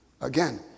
Again